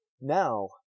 Now